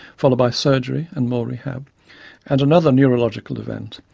followed by surgery and more rehab and another neurological event.